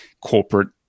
corporate